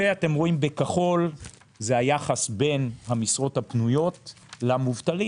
ובצבע הכחול זה היחס בין המשרות הפנויות למובטלים.